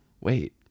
wait